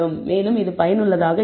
மேலும் இது பயனுள்ளதாக இருக்கும்